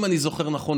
אם אני זוכר נכון,